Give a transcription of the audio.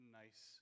nice